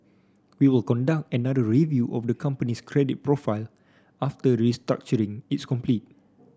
we will conduct another review of the company's credit profile after restructuring is complete